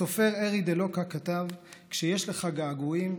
הסופר ארי דה לוקה כתב: "כשיש לך געגועים,